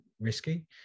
risky